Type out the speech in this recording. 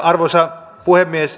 arvoisa puhemies